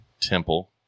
Temple